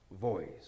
voice